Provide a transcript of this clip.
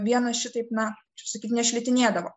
vienas šitaip na kaip čia sakyt nešlitinėdavo